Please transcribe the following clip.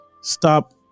Stop